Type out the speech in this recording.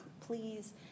please